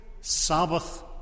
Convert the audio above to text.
Sabbath